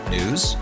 News